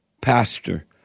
pastor